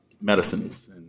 medicines